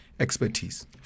expertise